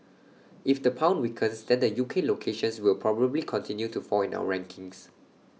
if the pound weakens then the U K locations will probably continue to fall in our rankings